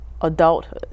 adulthood